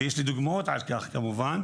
ויש לי דוגמאות על כך כמובן,